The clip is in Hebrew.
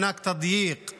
הוא נספח של משהו?